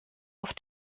auf